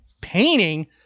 Painting